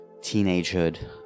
Teenagehood